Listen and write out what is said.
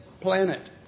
planet